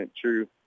true